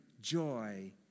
joy